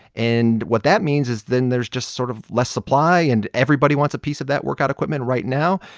and what that means is then there's just sort of less supply, and everybody wants a piece of that workout equipment right now.